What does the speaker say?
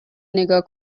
نیگا